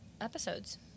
episodes